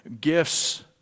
gifts